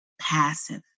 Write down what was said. passive